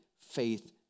faith